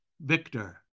Victor